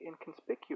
inconspicuous